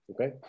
Okay